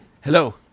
Hello